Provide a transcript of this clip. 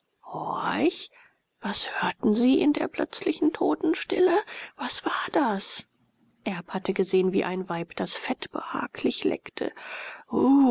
was hörten sie in der plötzlichen totenstille was war das erb hatte gesehen wie ein weib das fett behaglich leckte